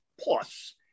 Plus